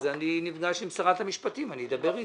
אני נפגש עם שרת המשפטים ואני אדבר אתה.